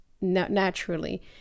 naturally